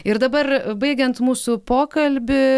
ir dabar baigiant mūsų pokalbį